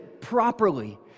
properly